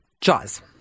Jaws